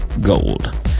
gold